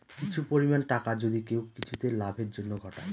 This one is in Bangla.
কিছু পরিমাণ টাকা যদি কেউ কিছুতে লাভের জন্য ঘটায়